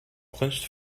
clenched